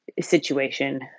situation